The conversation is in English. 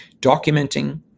documenting